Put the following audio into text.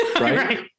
right